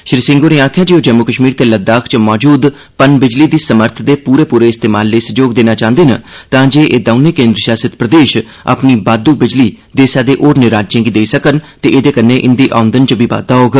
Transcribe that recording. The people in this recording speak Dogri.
श्री सिंह होरें आखेआ जे ओह् जम्मू कश्मीर ते लद्दाख च मौजूद पनबिजली दी समर्थ दे पूरे पूरे इस्तेमाल लेई सैह्योग देना चांहदे न तांजे एह दौनें केन्द्र शासित प्रदेश अपनी बाद्द् बिजली देसै दे होरनें राज्यें गी देई सकन ते एहदे कन्नै इंदे औंदन च बी बाद्दा होग